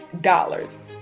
dollars